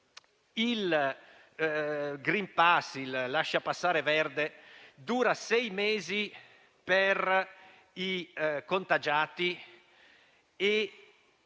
il *green* *pass*, il lasciapassare verde, dura sei mesi per i contagiati e